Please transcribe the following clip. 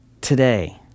today